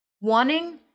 Wanting